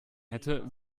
hätte